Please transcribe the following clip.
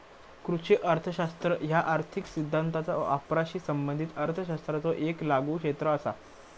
कृषी अर्थशास्त्र ह्या आर्थिक सिद्धांताचा वापराशी संबंधित अर्थशास्त्राचो येक लागू क्षेत्र असा